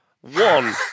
One